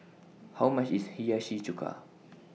How much IS Hiyashi Chuka